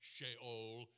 Sheol